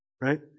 right